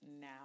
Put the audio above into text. now